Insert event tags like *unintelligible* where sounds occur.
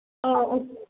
*unintelligible*